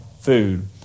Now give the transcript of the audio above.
food